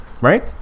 right